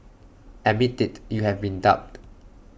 admit IT you have been duped